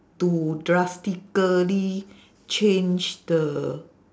to drastically change the